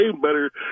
better